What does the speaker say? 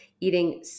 Eating